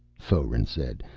foeren said,